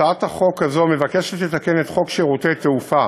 הצעת החוק הזאת מבקשת לתקן את חוק שירותי תעופה